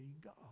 God